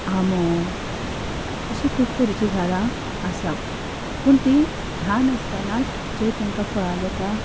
आमो अशीं खूब तरेचीं झाडां आसा पूण तीं ल्हान आसतना जे तेंकां फळां जाता